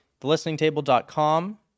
Thelisteningtable.com